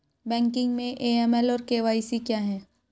Banking में AML और KYC क्या हैं?